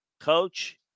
coach